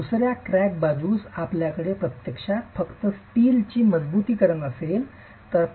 दुसर्या क्रॅक बाजूस आपल्याकडे प्रत्यक्षात फक्त स्टीलची मजबुतीकरण असेल जो प्रतिकार करीत आहे